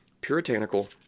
puritanical